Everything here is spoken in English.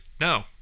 no